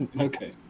Okay